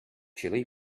chilli